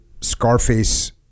Scarface